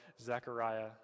Zechariah